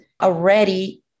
already